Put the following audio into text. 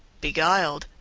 beguiled,